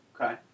Okay